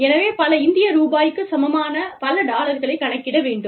எனவே பல இந்திய ரூபாய்க்குச் சமமான பல டாலர்களைக் கணக்கிட வேண்டும்